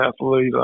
athlete